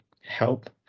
help